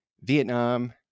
Vietnam